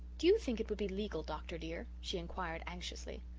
do you think it would be legal, doctor dear? she inquired anxiously.